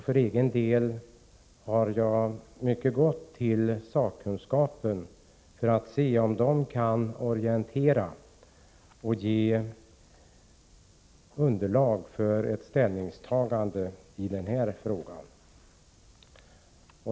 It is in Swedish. För egen del har jag i mycket vänt mig till sakkunskapen för att se om man där kan ge en orientering och ge underlag för ett ställningstagande i frågan.